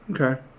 Okay